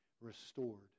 restored